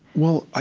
well, ah